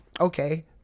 okay